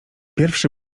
pierwszy